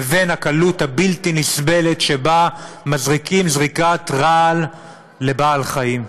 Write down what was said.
לבין הקלות הבלתי-נסבלת שבה מזריקים זריקת רעל לבעל-חיים.